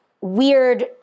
weird